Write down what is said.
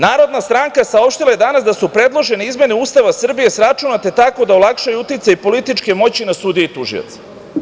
Narodna stranka je danas saopštila da su predložene izmene Ustava Srbije sračunate tako da olakšaju uticaj političke moći na sudije i tužioce.